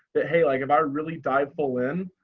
that hey, like, if i really dive full in,